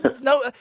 No